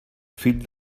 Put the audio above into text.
fill